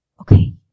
Okay